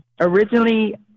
originally